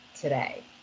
today